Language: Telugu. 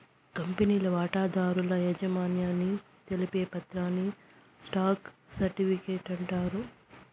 కంపెనీల వాటాదారుల యాజమాన్యాన్ని తెలిపే పత్రాని స్టాక్ సర్టిఫీకేట్ అంటాండారు